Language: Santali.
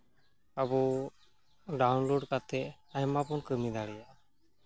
ᱟᱵᱚ ᱰᱟᱣᱩᱱᱞᱳᱰ ᱠᱟᱛᱮᱫ ᱟᱭᱢᱟ ᱵᱚᱱ ᱠᱟᱹᱢᱤ ᱫᱟᱲᱮᱭᱟᱜᱼᱟ